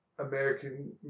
American